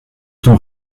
ton